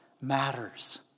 matters